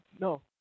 No